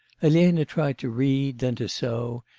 elena tried to read, then to sew,